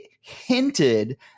hinted